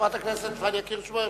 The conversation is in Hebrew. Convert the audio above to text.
חברת הכנסת פניה קירשנבאום,